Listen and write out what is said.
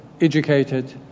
Educated